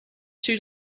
two